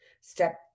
Step